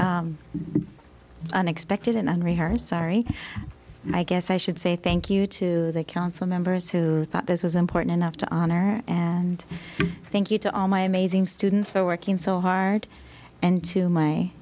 but unexpected and unrehearsed sorry i guess i should say thank you to the council members who thought this was important enough to honor and thank you to all my amazing students for working so hard and to my